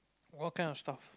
what kind of stuff